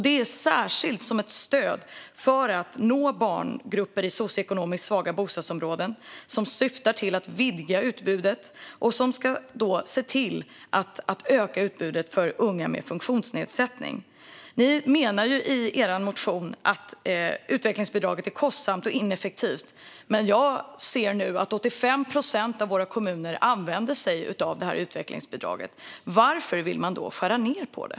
Det är särskilt som ett stöd för att nå barngrupper i socioekonomiskt svaga bostadsområden och syftar till att vidga utbudet för unga med funktionsnedsättning. Ni menar i er motion att utvecklingsbidraget är kostsamt och ineffektivt, Lotta Finstorp, men 85 procent av våra kommuner använder sig av utvecklingsbidraget. Varför vill man då skära ned på det?